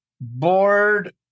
Board